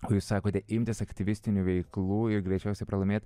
o jūs sakote imtis aktyvesnių veiklų ir greičiausiai pralaimėt